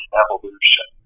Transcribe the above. evolution